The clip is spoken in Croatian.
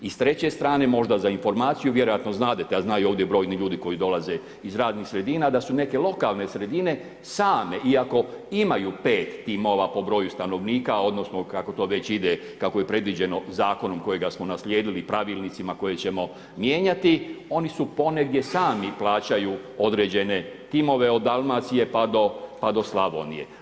I s treće strane, možda za informaciju, vjerojatno znadete, a znaju ovdje i brojni ljudi koji dolaze iz radnih sredina, da su neke lokalne sredine same, iako imaju 5 timova po broju stanovnika, odnosno kako to već ide, kako je predviđeno Zakonom kojega smo naslijedili i pravilnicima koje ćemo mijenjati, oni su ponegdje sami plaćaju određene timove od Dalmacije pa do Slavonije.